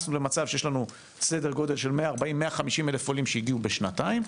למצב שיש לנו סדר גודל של 140,000 עד 150,000 עולים שהגיעו בשנתיים,